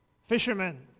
Fishermen